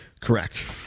Correct